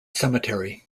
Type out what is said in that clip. cemetery